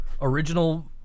original